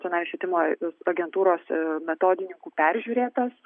tenai švietimo agentūros metodininkų peržiūrėtas